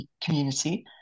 community